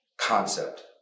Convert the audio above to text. concept